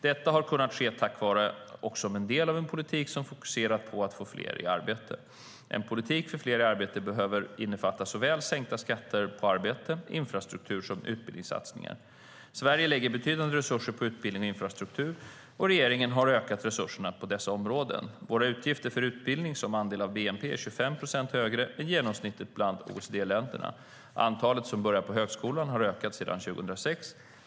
Detta har kunnat ske tack vare och som en del av en politik som har fokuserat på att få fler i arbete. En politik för fler i arbete behöver innefatta såväl sänkta skatter på arbete som infrastruktursatsningar och utbildningssatsningar. Sverige lägger betydande resurser på utbildning och infrastruktur. Regeringen har ökat resurserna på dessa områden. Våra utgifter för utbildning som andel av bnp är 25 procent högre än genomsnittet bland OECD-länderna. Antalet som börjar på högskolan har ökat sedan 2006.